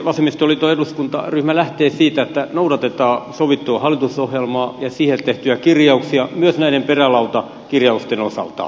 vasemmistoliiton eduskuntaryhmä lähtee siitä että noudatetaan sovittua hallitusohjelmaa ja siihen tehtyjä kirjauksia myös näiden perälautakirjausten osalta